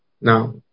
Now